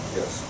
Yes